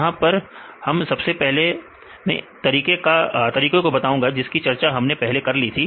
यहां पर सबसे पहले में तरीके का बात करूंगा जिसकी चर्चा हमने पहले ही कर ली है